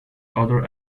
other